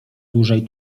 dłużej